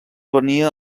venia